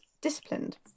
disciplined